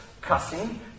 cussing